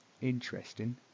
Interesting